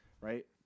right